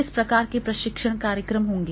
किस प्रकार के प्रशिक्षण कार्यक्रम होंगे